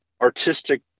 artistic